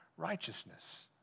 righteousness